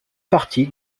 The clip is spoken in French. partie